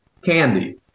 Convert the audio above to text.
candy